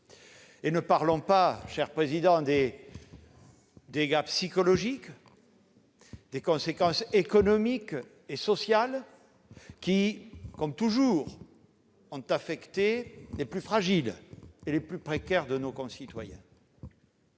durablement leur vie. Les dégâts psychologiques et les conséquences économiques et sociales, comme toujours, ont affecté les plus fragiles et les plus précaires de nos concitoyens.